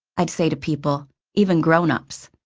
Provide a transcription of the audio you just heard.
i'd say to people even grown-ups.